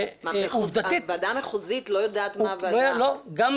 הוועדה המחוזית לא יודעת מה הוועדה?